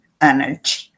energy